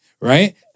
Right